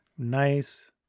Nice